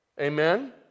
Amen